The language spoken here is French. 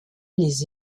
les